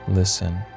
Listen